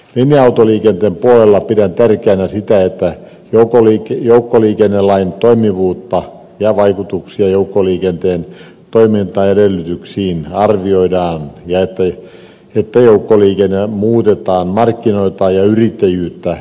linja autoliikenteen puolella pidän tärkeänä sitä että joukkoliikennelain toimivuutta ja vaikutuksia joukkoliikenteen toimintaedellytyksiin arvioidaan ja että joukkoliikenne muutetaan markkinoita ja yrittäjyyttä kannustavaan suuntaan